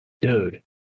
dude